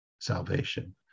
salvation